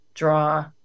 Draw